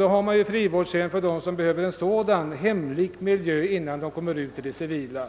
Det har sålunda inrättats frivårdshem för dem som behöver en hemlik miljö innan de kommer ut i det civila